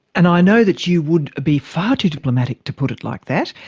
and i know that you would be far too diplomatic to put it like that,